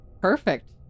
perfect